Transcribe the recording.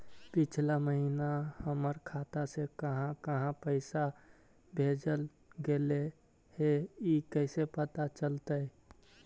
पिछला महिना हमर खाता से काहां काहां पैसा भेजल गेले हे इ कैसे पता चलतै?